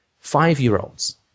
five-year-olds